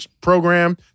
program